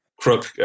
Crook